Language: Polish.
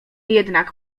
jednak